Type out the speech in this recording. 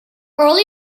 early